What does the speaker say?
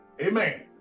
Amen